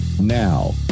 Now